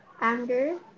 anger